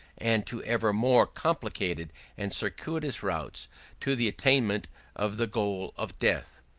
and to ever more complicated and circuitous routes to the attainment of the goal of death.